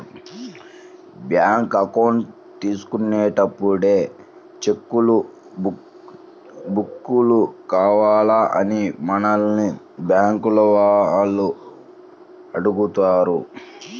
bank account తీసుకున్నప్పుడే cheque book కావాలా అని మనల్ని బ్యేంకుల వాళ్ళు అడుగుతారు